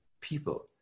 people